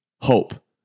hope